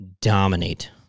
dominate